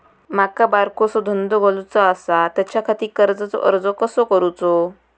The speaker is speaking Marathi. माका बारकोसो धंदो घालुचो आसा त्याच्याखाती कर्जाचो अर्ज कसो करूचो?